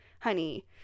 honey